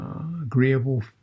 Agreeable